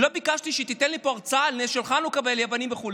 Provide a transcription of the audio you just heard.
לא ביקשתי שתיתן לי פה הרצאה על נס של חנוכה ועל היוונים וכו'.